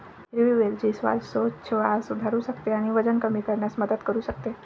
हिरवी वेलची श्वासोच्छवास सुधारू शकते आणि वजन कमी करण्यास मदत करू शकते